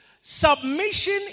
Submission